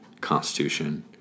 Constitution